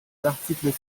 l’article